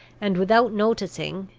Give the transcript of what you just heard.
and without noticing,